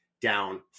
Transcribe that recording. down